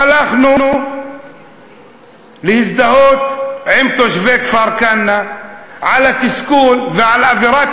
הלכנו להזדהות עם תושבי כפר-כנא בתסכול ובאווירת